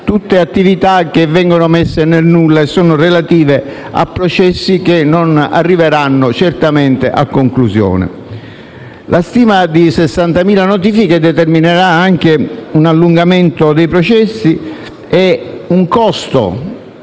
tutte attività che vengono messe nel nulla e sono relative a processi, che non arriveranno certamente a conclusione. La stima di 60.000 notifiche determinerà anche un allungamento dei processi e un costo